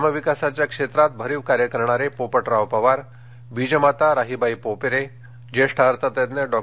ग्रामविकासाच्या क्षेत्रात भरीव कार्य करणारे पोपटराव पवार बीजमाता राहिबाई पोपेरे ज्येष्ठ अर्थतज्ज्ञ डॉ